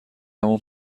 همون